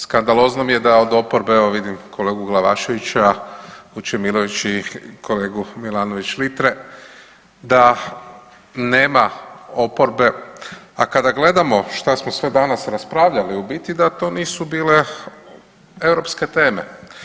Skandalozno mi da je od oporbe, evo vidim kolegu Glavaševića, Vučemilović i kolegu Milanović Litre da nema oporbe, a kada gledamo šta smo sve danas raspravljali u biti da to nisu bile europske teme.